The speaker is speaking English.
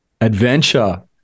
adventure